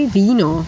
vino